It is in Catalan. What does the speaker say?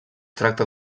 tracta